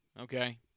okay